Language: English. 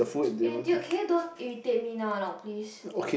eh dude can you don't irritate me now or not please